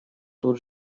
тут